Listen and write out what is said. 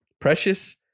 Precious